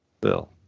bill